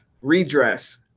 redress